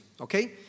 okay